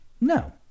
No